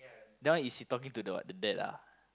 that one is he talking to the what the dad ah